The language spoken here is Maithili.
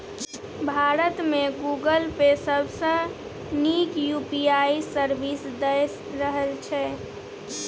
भारत मे गुगल पे सबसँ नीक यु.पी.आइ सर्विस दए रहल छै